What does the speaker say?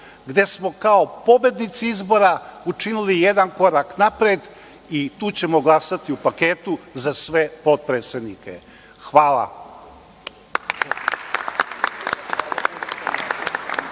gde smo kao pobednici izbora učinili jedan korak napred i tu ćemo glasati u paketu za sve potpredsednike. Hvala.